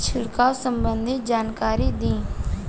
छिड़काव संबंधित जानकारी दी?